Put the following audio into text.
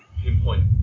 pinpoint